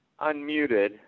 unmuted